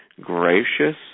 gracious